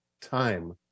time